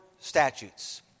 Statutes